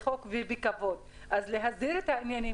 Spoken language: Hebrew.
חוקית ובכבוד אז להסדיר את העניינים,